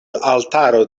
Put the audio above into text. altaro